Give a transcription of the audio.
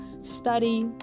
study